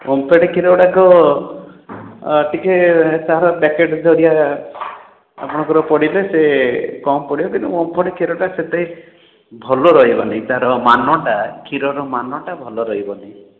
ଓମ୍ଫେଡ଼ କ୍ଷୀର ଗୁଡ଼ାକ ଟିକେ ତାହାର ପ୍ୟାକେଟ୍ ଦରିଆ ଆପଣଙ୍କର ପଡ଼ିଲେ ସେ କମ ପଡ଼ିବ କିନ୍ତୁ ଓମ୍ଫେଡ଼ କ୍ଷୀରଟା ସେତେ ଭଲ ରହିବନି ତାର ମାନଟା କ୍ଷୀରର ମାନଟା ଭଲ ରହିବନି